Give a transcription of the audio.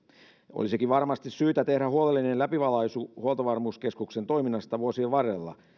olisikin varmasti syytä tehdä huolellinen läpivalaisu huoltovarmuuskeskuksen toiminnasta vuosien varrella